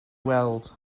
weld